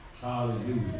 Hallelujah